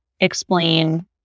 explain